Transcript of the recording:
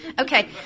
Okay